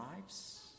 lives